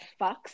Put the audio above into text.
fucks